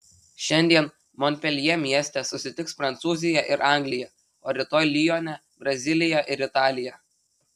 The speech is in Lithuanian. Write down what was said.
šiandien monpeljė mieste susitiks prancūzija ir anglija o rytoj lione brazilija ir italija